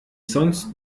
sonst